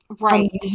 right